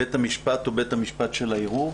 בית המשפט או בית המשפט של הערעור?